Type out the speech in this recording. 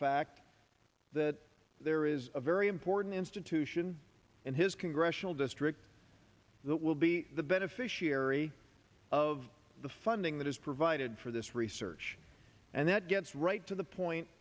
fact that there is a very important institution in his congressional district that will be the beneficiary of the funding that is provided for this research and that gets right to the point